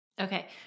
Okay